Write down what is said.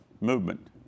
movement